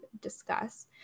discuss